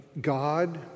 God